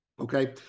okay